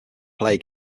play